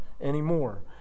anymore